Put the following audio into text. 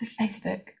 Facebook